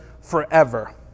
forever